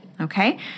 okay